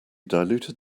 diluted